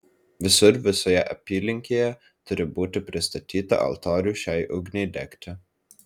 visur visoje apylinkėje turi būti pristatyta altorių šiai ugniai degti